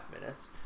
minutes